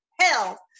hell